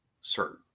certain